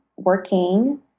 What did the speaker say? working